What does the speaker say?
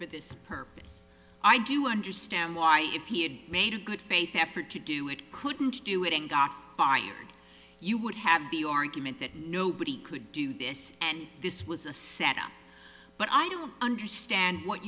for this purpose i do understand why if he had made a good faith effort to do it couldn't do it and got fired you would have the argument that nobody could do this and this was a set up but i don't understand what